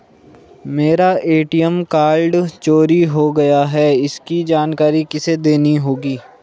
मेरा ATM card चोरी हो गया है इसकी जानकारी किसे देनी होगी?